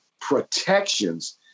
protections